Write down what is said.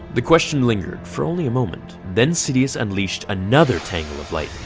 the question lingered for only a moment, then sidious unleashed another tangle of like